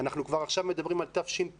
עכשיו אנחנו כבר מדברים על תשפ"א,